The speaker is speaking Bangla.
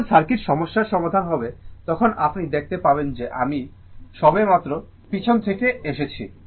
যখন সার্কিট সমস্যার সমাধান হবে তখন আপনি দেখতে পাবেন যে আমি সবে মাত্র পিছন থেকে এসেছি